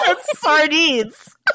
sardines